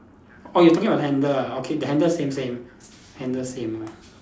orh you talking about the handle ah the handle same same handle same